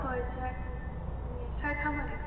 ꯍꯣꯏ sir sir ꯊꯝꯃꯒꯦ